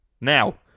Now